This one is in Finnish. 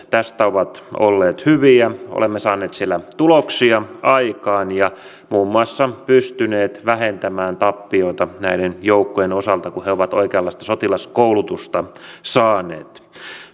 tästä ovat olleet hyviä olemme saaneet siellä tuloksia aikaan ja muun muassa pystyneet vähentämään tappioita näiden joukkojen osalta kun he ovat oikeanlaista sotilaskoulutusta saaneet